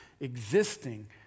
existing